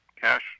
cash